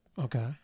Okay